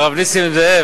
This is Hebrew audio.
הרב נסים זאב,